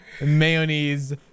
mayonnaise